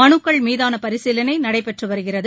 மனுக்கள் மீதான பரிசீலனை நடைபெற்று வருகிறது